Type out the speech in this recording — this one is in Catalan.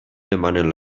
demanen